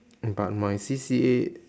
but my C_C_A